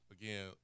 again